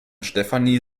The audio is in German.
stefanie